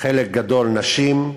חלק גדול, נשים.